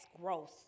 gross